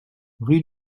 rue